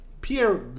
Pierre